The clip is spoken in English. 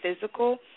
physical